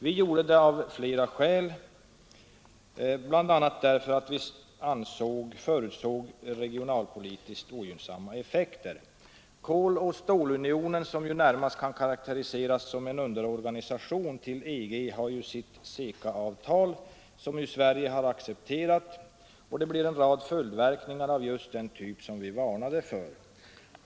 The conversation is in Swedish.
Vi gjorde det av flera skäl, bl.a. därför att vi förutsåg regionalpolitiskt ogynnsamma effekter. Koloch stålunionen, som ju närmast kan karakteriseras som en underorganisation till EG, har ju sitt CECA-avtal som Sverige har accepterat, och det har en rad följdverkningar av just den typ vi varnade för.